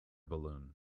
balloon